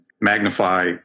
magnify